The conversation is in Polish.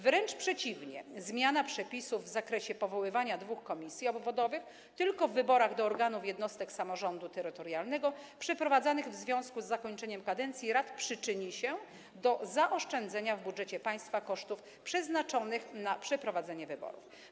Wręcz przeciwnie: zmiana przepisów w zakresie powoływania dwóch komisji obwodowych tylko w wyborach do organów jednostek samorządu terytorialnego przeprowadzanych w związku z zakończeniem kadencji rad przyczyni się do zaoszczędzenia w budżecie państwa kosztów przeznaczonych na przeprowadzenie wyborów.